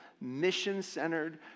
mission-centered